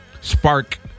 spark